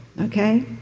okay